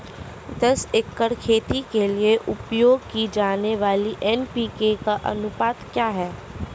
दस एकड़ खेती के लिए उपयोग की जाने वाली एन.पी.के का अनुपात क्या होगा?